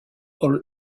all